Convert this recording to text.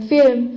Film